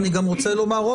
אני גם רוצה לומר,